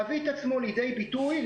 להביא את עצמו לידי ביטוי,